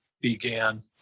began